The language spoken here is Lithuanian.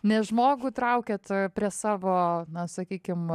ne žmogų traukiat prie savo na sakykim